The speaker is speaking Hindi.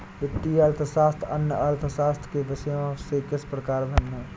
वित्तीय अर्थशास्त्र अन्य अर्थशास्त्र के विषयों से किस प्रकार भिन्न है?